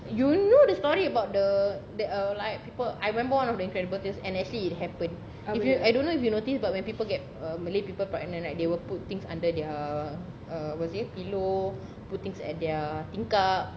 you know the story about the there are like people I remember one of the incredible tales and actually it happened if you I don't know if you notice but when people get uh malay people pregnant right they will put things under their what was it pillow put things at their tingkap